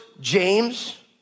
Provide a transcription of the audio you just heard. James